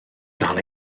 dal